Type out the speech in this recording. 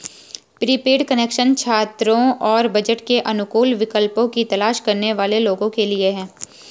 prepaid connection छात्रों और budget के अनुकूल विकल्पों की तलाश करने वाले लोगों के लिए है